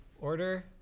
Order